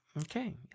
Okay